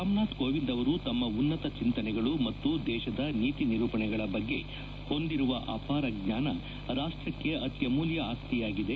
ರಾಮನಾಥ್ ಕೋವಿಂದ್ ಅವರು ತಮ್ಮ ಉನ್ನತ ಚಿಂತನೆಗಳು ಮತ್ತು ದೇಶದ ನೀತಿ ನಿರೂಪಣೆಗಳ ಬಗ್ಗೆ ಹೊಂದಿರುವ ಅಪಾರ ಜ್ಞಾನ ರಾಷ್ಟ್ರಕ್ಕೆ ಅತ್ಯಮೂಲ್ಯ ಆಸ್ತಿಯಾಗಿದೆ